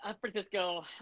Francisco